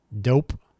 dope